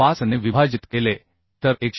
25 ने विभाजित केले तर 101